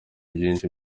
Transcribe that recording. byinshi